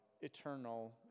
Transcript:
eternal